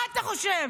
מה אתה חושב,